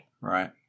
Right